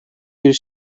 bir